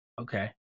Okay